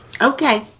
Okay